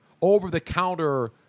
over-the-counter